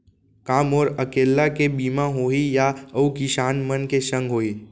का मोर अकेल्ला के बीमा होही या अऊ किसान मन के संग होही?